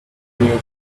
new